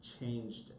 changed